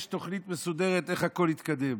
יש תוכנית מסודרת איך הכול יתקדם.